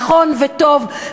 נכון וטוב,